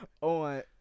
on